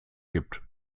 gibt